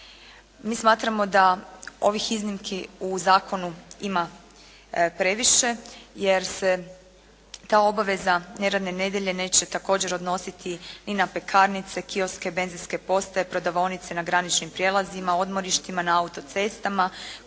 Mi smatramo da ovih iznimki u zakonu ima previše jer se ta obaveza neradne nedjelje neće također odnositi ni na pekarnice, kioske, benzinske postaje, prodavaonice na graničnim prijelazima, odmorištima, na autocestama,